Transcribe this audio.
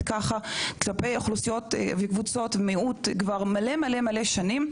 ככה כלפי קבוצות מיעוט כבר מלא מלא שנים,